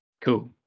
cool